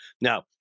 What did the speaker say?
Now